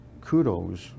kudos